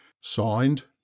Signed